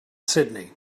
sydney